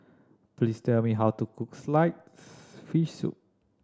please tell me how to cook sliced fish soup